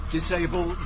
Disable